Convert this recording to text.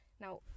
now